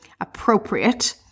appropriate